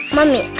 Mommy